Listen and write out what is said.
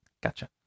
Gotcha